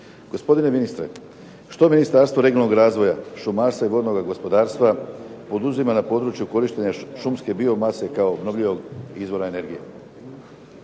Gospodine ministre, što Ministarstvo regionalnog razvoja, šumarstva i vodnoga gospodarstva poduzima na području korištenja šumske bio mase kao obnovljivog izvora energije?